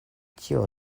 tio